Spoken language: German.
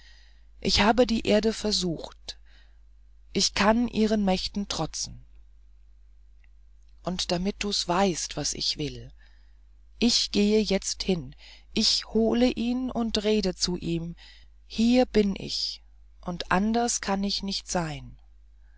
ich habe die erde versucht ich kann ihren mächten trotzen und damit du's weißt was ich will ich gehe jetzt hin ich hole ihn und rede zu ihm hier bin ich und anders kann ich nicht sein